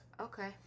Okay